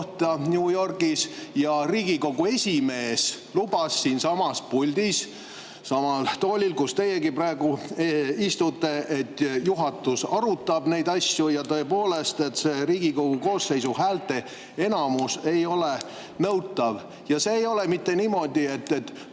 New Yorgis. Riigikogu esimees lubas siinsamas, [istudes] samal toolil, kus teiegi praegu istute, et juhatus arutab neid asju. Tõepoolest, Riigikogu koosseisu häälteenamus ei ole nõutav. See ei ole mitte niimoodi,